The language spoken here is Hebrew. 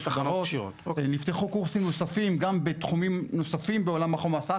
נפתחו קורסים נוספים גם בתחומים נוספים בעולם החומ"ס,